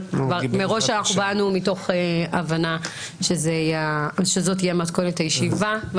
אבל מראש באנו מתוך הבנה שזאת תהיה מתכונת הישיבה.